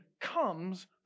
comes